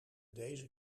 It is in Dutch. deze